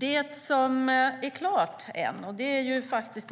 Det är